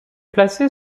placé